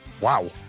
Wow